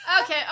Okay